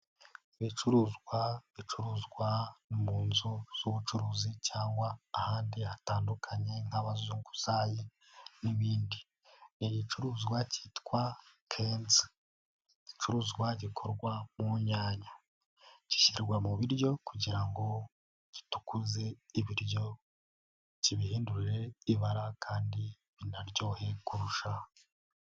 Ibicuruzwa bicuruzwa mu nzu z'ubucuruzi cyangwa ahandi hatandukanye nk'abazunguzayi n'ibindi. ni igicuruzwa cyitwa kenzo, igicuruzwa gikorwa mu nyanya. gishyirwa mu biryo kugira ngo gitukuze ibiryo, kibihindure ibara kandi binaryohe kurusha.